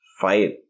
fight